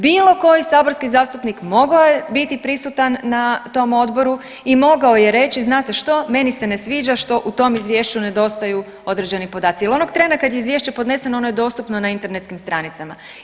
Bilo koji saborski zastupnik mogao je biti prisutan na tom Odboru i mogao je reći, znate što, meni se ne sviđa što u tom Izvješću nedostaju određeni podaci jer onog trena kad je Izvješće podneseno, ono je dostupno na internetskim stranicama.